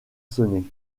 sonné